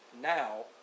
now